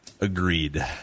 Agreed